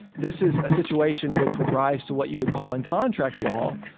this is a situation which would rise to what you would call in contract law,